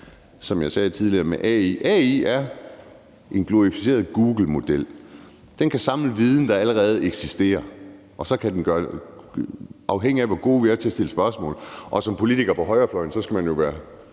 som jeg sagde tidligere i forhold til AI, at det er en glorificeret Google-model. Den kan samle viden, der allerede eksisterer, og så kan den bruge det, afhængigt af hvor gode vi er til at stille spørgsmål til den. Og som politiker på højrefløjen skal man jo være